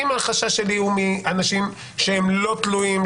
אם החשש שלי הוא מאנשים שהם לא תלויים,